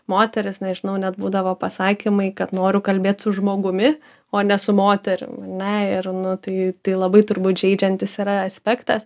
moteris nežinau net būdavo pasakymai kad noriu kalbėt su žmogumi o ne su moterim ar na ir nu tai tai labai turbūt žeidžiantis yra aspektas